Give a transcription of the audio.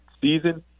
season